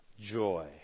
joy